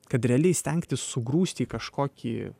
kad realiai stengtis sugrūsti į kažkokį